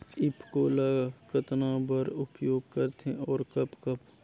ईफको ल कतना बर उपयोग करथे और कब कब?